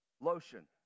Lotion